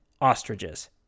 ostriches